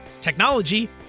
technology